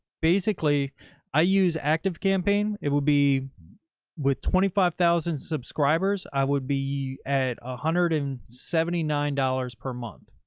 basically i use activecampaing. it will be with twenty five thousand subscribers. i would be at one ah hundred and seventy nine dollars per month.